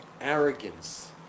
arrogance